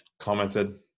commented